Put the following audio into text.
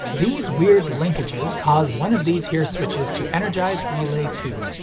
these weird linkages cause one of these here switches to energize relay two.